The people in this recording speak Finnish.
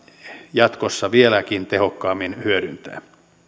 jatkossa vieläkin tehokkaammin hyödyntää